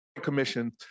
Commission